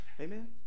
Amen